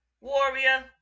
warrior